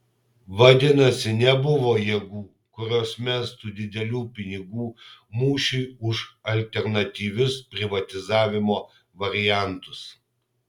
vadinasi nebuvo jėgų kurios mestų didelių pinigų mūšiui už alternatyvius privatizavimo variantus